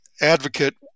advocate